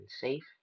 safe